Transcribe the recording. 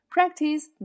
Practice